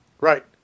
Right